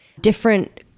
different